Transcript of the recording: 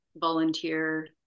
volunteer